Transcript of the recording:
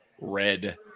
red